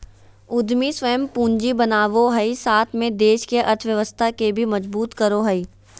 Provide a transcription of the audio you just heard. उद्यमी स्वयं पूंजी बनावो हइ साथ में देश के अर्थव्यवस्था के भी मजबूत करो हइ